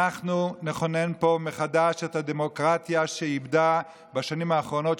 אנחנו נכונן פה מחדש את הדמוקרטיה שאבדה בשנים האחרונות.